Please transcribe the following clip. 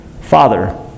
Father